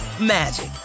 magic